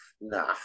nah